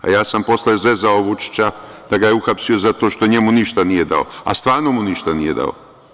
Ja sam posle zezao Vučića da ga je uhapsio zato što njemu ništa nije dao, a stvarno mu ništa nije dao.